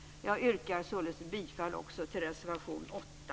Jag yrkar bifall också till reservation 8.